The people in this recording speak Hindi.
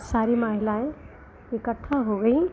सारी महिलाएँ इकट्ठा हो गईं